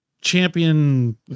champion